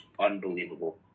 unbelievable